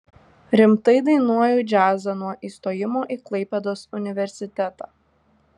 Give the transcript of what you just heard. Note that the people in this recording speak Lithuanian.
rimtai dainuoju džiazą nuo įstojimo į klaipėdos universitetą